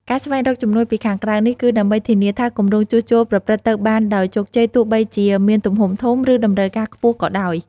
ការស្វែងរកជំនួយពីខាងក្រៅនេះ គឺដើម្បីធានាថាគម្រោងជួសជុលប្រព្រឹត្តទៅបានដោយជោគជ័យ ទោះបីជាមានទំហំធំ ឬតម្រូវការខ្ពស់ក៏ដោយ។